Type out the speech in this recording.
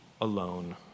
alone